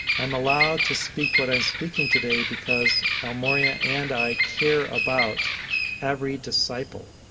i'm allowed to speak what i am speaking today because el morya and i care about every disciple.